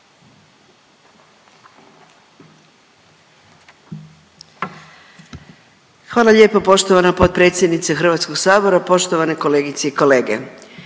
Hvala lijepo. Poštovani potpredsjedniče Hrvatskog sabora, poštovani kolega. Kažu kolegice